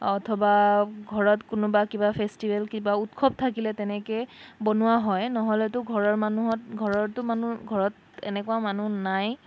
অথবা ঘৰত কোনোবা কিবা ফেষ্টিভেল কিবা উৎসৱ থাকিলে তেনেকৈ বনোৱা হয় নহ'লেতো ঘৰৰ মানুহত ঘৰৰতো মানুহ ঘৰত এনেকুৱা মানুহ নাই